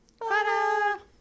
Ta-da